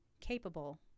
capable